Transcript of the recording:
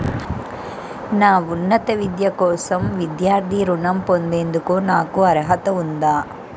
నా ఉన్నత విద్య కోసం విద్యార్థి రుణం పొందేందుకు నాకు అర్హత ఉందా?